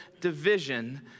division